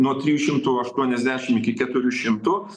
nuo trijų šimtų aštuoniasdešim iki keturių šimtų